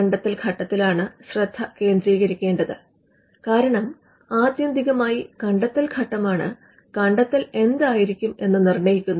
കണ്ടെത്തൽ ഘട്ടത്തിലാണ് ശ്രദ്ധ കേന്ദ്രീകരിക്കേണ്ടത് കാരണം ആത്യന്തികമായി കണ്ടെത്തൽ ഘട്ടമാണ് കണ്ടെത്തൽ എന്തായിരിക്കും എന്ന് നിർണയിക്കുന്നത്